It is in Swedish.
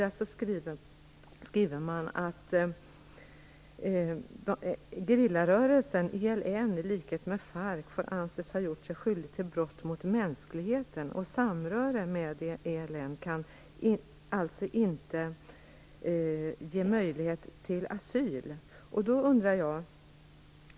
Där skriver man att gerillarörelsen "ELN, i likhet med FARC får anses ha gjort sig skyldig till brott mot mänskligheten".Samröre med ELN kan alltså inte ge möjlighet till asyl.